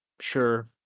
sure